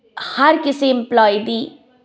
ਹਰ ਕਿਸੀ ਇਮਪਲੋਈ ਦੀ